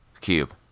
cube